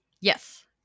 yes